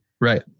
Right